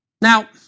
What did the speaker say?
Now